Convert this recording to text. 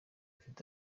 ifite